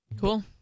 Cool